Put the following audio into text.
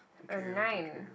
uh nine